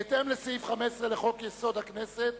בהתאם לסעיף 15 לחוק-יסוד: הכנסת,